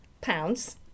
pounds